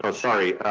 um sorry,